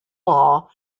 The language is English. law